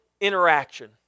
interaction